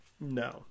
No